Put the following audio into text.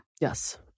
Yes